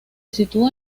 sitúa